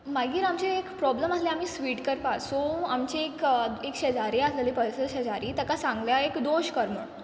मागीर आमचे एक प्रॉब्लम आल्हे आमी स्वीट करपा सो आमची एक एक शेजारी आल्हली शेजारी तका सांगलें हांव एक दोश कर म्हूण